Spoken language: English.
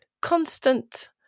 constant